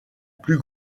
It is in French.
plus